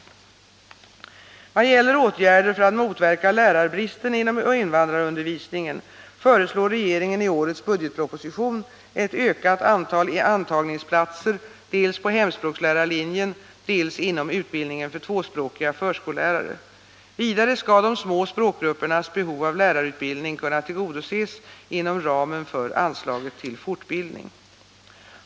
I vad gäller åtgärder för att motverka lärarbristen inom invandrarundervisningen föreslår regeringen i årets budgetproposition ett ökat antal antagningsplatser dels på hemspråkslärarlinjen, dels inom utbildningen för tvåspråkiga förskollärare. Vidare skall de små språkgruppernas behov av lärarutbildning kunna tillgodoses inom ramen för anslaget till fortbildning.